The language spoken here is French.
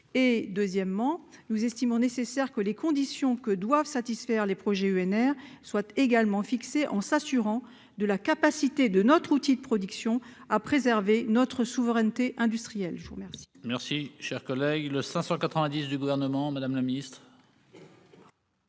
d'autre part, nous estimons nécessaire que les conditions que doivent satisfaire les projets d'EnR soient également fixées en s'assurant de la capacité de notre outil de production à préserver notre souveraineté industrielle. L'amendement